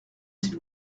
s’il